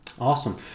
Awesome